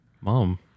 mom